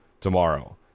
tomorrow